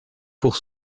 pour